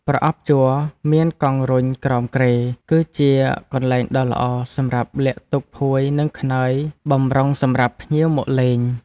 ប្រអប់ជ័រមានកង់រុញក្រោមគ្រែគឺជាកន្លែងដ៏ល្អសម្រាប់លាក់ទុកភួយនិងខ្នើយបម្រុងសម្រាប់ភ្ញៀវមកលេង។